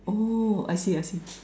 oh I see I see